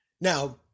Now